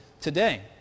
today